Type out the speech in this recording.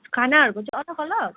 खानाहरूको चाहिँ अलग अलग